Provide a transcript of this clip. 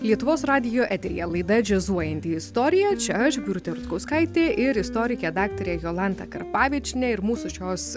lietuvos radijo eteryje laida džiazuojanti istorija čia aš birutė rutkauskaitė ir istorikė daktarė jolanta karpavičienė ir mūsų šios